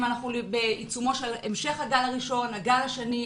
אם אנחנו בעיצומו של המשך הגל הראשון או בגל השני,